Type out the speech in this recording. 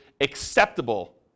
acceptable